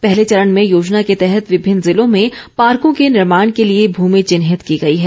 पहले चरण में योजना के तहत विभिन्न जिलों में पार्कों के निर्माण के लिए भूमि चिन्हित की गई है